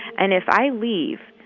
and if i leave,